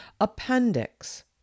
appendix